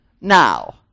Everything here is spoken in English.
now